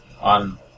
on